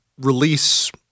release